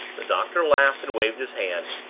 the doctor laughed and waved his hand,